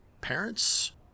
parents